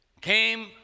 came